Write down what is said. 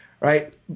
right